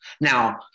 Now